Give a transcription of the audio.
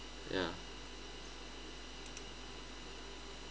ya